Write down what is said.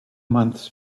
months